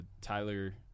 Tyler